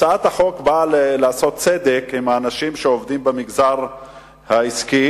הצעת החוק באה לעשות צדק עם האנשים שעובדים במגזר העסקי,